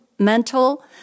Mental